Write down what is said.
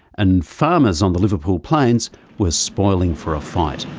and farmers on the liverpool plains were spoiling for a fight.